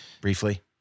Briefly